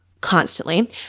constantly